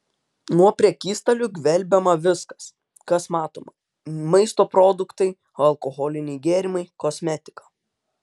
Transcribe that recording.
nuo prekystalių gvelbiama viskas kas matoma maisto produktai alkoholiniai gėrimai kosmetika